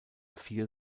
vier